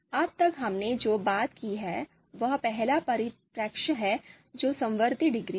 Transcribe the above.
अब तक हमने जो बात की है वह पहला परिप्रेक्ष्य है जो समवर्ती डिग्री है